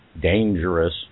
dangerous